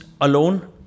alone